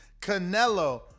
Canelo